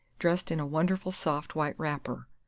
dressed in a wonderful soft white wrapper.